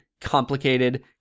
complicated